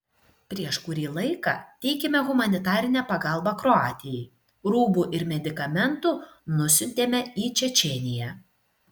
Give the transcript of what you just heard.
prieš kurį laiką teikėme humanitarinę pagalbą kroatijai rūbų ir medikamentų nusiuntėme į čečėniją